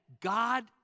God